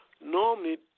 Normally